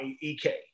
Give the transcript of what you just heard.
EK